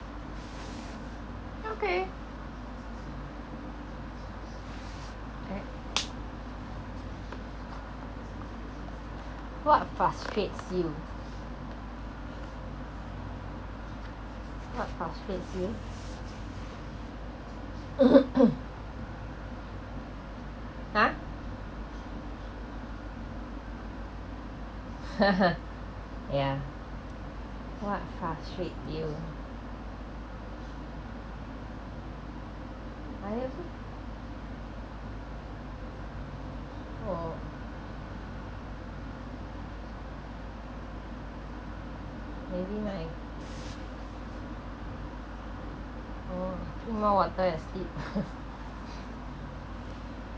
okay what's frustrate you what frustrate you ha ya what frustrate you I never oh maybe right oh drink more water and sleep